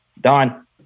Don